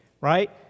right